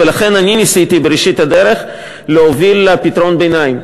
ולכן אני ניסיתי בראשית הדרך להוביל לפתרון ביניים.